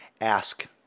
ask